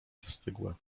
zastygłe